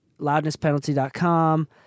loudnesspenalty.com